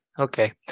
okay